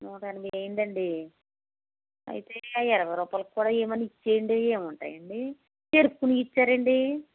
నూట ఎనభై అయింది అండి అయితే ఇరవై రూపాయలకి కూడా ఏమైనా ఇచ్చేయండి ఎం ఉంటాయండి పెన్సిళ్ళు ఇయ్యండి